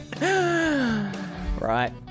right